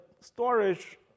storage